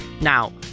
Now